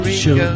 show